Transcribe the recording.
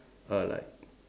err like